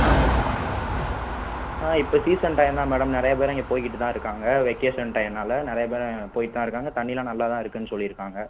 ஆ ஆ இப்போ சீசன் டைம்தான் மேடம் நிறையா பேர் அங்கே போயிக்கிட்டு தான் இருக்காங்க வெக்கேஷன் டைம்னாலே நிறையா பேர் போயிட்டு தான் இருக்காங்க தண்ணியெலாம் நல்லாதான் இருக்குதுன்னு சொல்லியிருக்காங்க